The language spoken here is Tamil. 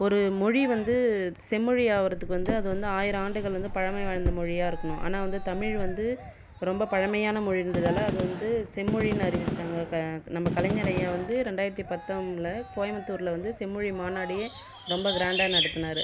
ஒரு மொழி வந்து செம்மொழி ஆகிறதுக்கு வந்து அது வந்து ஆயிரம் ஆண்டுகள் வந்து பழமை வாய்ந்த மொழியாக இருக்கணும் ஆனால் வந்து தமிழ் வந்து ரொம்ப பழமையான மொழின்றதால் அது வந்து செம்மொழின்னு அறிவித்தாங்க க நம்ம கலைஞர் அய்யா வந்து ரெண்டாயிரத்து பத்தொம்ல கோயம்புத்தூரில் வந்து செம்மொழி மாநாட்டையே ரொம்ப கிராண்டாக நடத்தினாரு